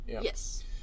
yes